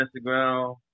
Instagram